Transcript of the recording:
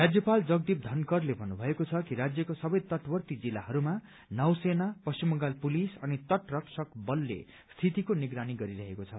राज्यपाल जगदीप धनखड़ले भन्नुभएको छ कि राज्यको सबै तटवर्ती जिल्लाहरूमा नौसेना पश्चिम बंगाल पुलिस अनि तटरक्षक बलले स्थितिको निगरानी गरिरहेको छ